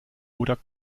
oder